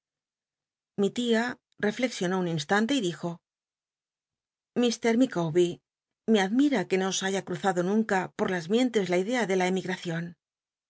mi tia reflexionó un instante y dijo i mr l'licawber me aclmi r a que no os haya cruzado nunca por las mien tes la idea ele la